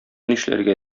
нишләргә